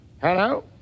Hello